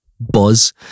buzz